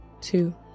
two